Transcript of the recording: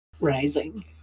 rising